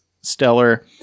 stellar